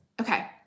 Okay